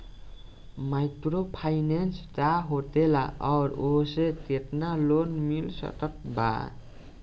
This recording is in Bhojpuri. माइक्रोफाइनन्स का होखेला और ओसे केतना लोन मिल सकत बा?